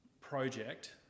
project